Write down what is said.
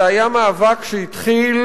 זה היה מאבק שהתחיל